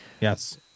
Yes